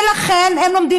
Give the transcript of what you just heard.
לכן הם לומדים